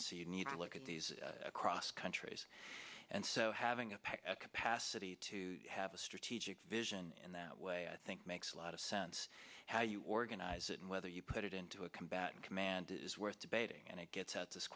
y you need to look at these across countries and so having a pet capacity to have a strategic vision in that way i think makes a lot of sense how you organize it and whether you put it into a combat command is worth debating and it gets out this